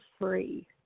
Free